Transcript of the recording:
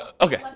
Okay